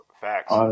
Facts